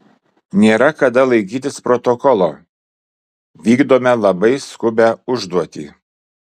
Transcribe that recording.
nėra kada laikytis protokolo vykdome labai skubią užduotį